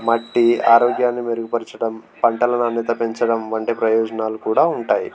మట్టి ఆరోగ్యాన్ని మెరుగుపరచడం పంటల నాణ్యత పెంచడం వంటి ప్రయోజనాలు కూడా ఉంటాయి